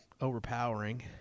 overpowering